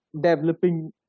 developing